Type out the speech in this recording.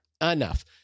enough